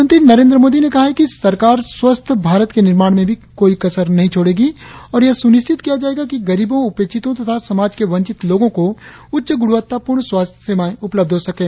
प्रधानमंत्री नरेंद्र मोदी ने कहा है कि सरकार स्वस्थ भारत के निर्माण में भी कसर नहीं छोड़ेगी और यह सुनिश्चित किया जायेगा कि गरीबों उपेक्षितों तथा समाज के वंचित लोगों को उच्च गुणवत्तापूर्ण स्वास्थ्य सेवाए उपलब्ध हो सकें